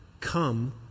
come